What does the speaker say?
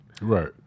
Right